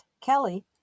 Kelly